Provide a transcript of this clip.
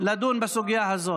לדון בסוגיה הזאת.